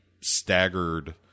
staggered